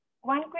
One